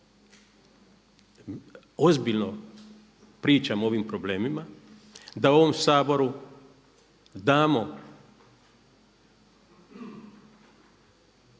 ozbiljno pričamo o ovim problemima, da ovom Saboru damo